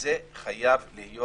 זה חייב להיות